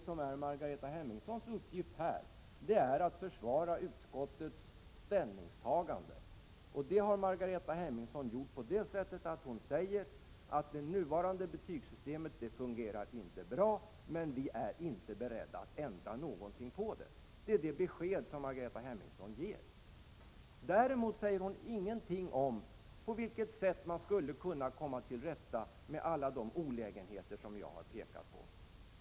Hennes uppgift är att försvara utskottets ställningstagande. Det har Margareta Hemmingsson gjort på det sättet att hon säger att nuvarande betygssystem inte fungerar bra men att socialdemokraterna inte är beredda att ändra på det. Däremot säger hon ingenting om på vilket sätt man skulle kunna komma till rätta med alla de olägenheter som vi har påpekat.